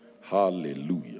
Hallelujah